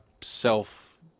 self